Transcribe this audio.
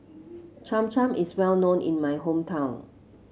Cham Cham is well known in my hometown